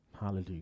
Hallelujah